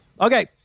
Okay